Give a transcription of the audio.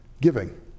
giving